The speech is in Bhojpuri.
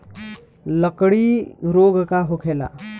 लगड़ी रोग का होखेला?